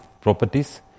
properties